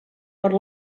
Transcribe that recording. per